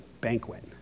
banquet